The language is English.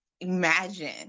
imagine